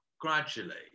gradually